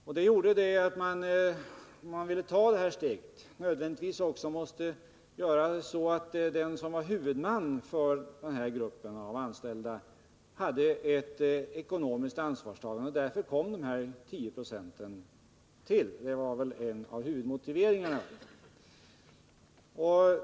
Ett tillgodoseende av detta önskemål förutsatte dock också med nödvändighet att huvudmannen för den aktuella gruppen av anställda var beredd att gå in i ett ekonomiskt ansvarstagande. Detta var en av huvudmotiveringarna till att 10-procentsregeln infördes.